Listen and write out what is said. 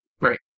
Right